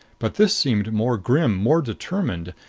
but this seemed more grim, more determined,